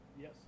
Yes